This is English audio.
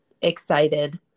excited